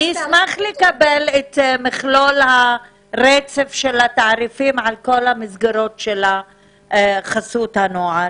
אני אשמח לקבל את מכלול הרצף של התעריפים על כל המסגרות של חסות הנוער.